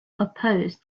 oppose